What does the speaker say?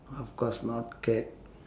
of course not cat